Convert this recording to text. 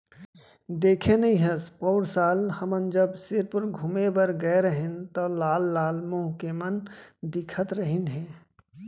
देखे नइ हस पउर साल हमन जब सिरपुर घूमें बर गए रहेन तौ लाल लाल मुंह के मन दिखत रहिन हे